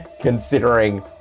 considering